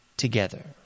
together